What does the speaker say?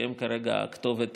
כי הם כרגע הכתובת